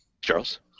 Charles